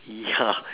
ya